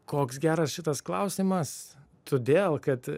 koks geras šitas klausimas todėl kad